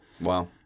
wow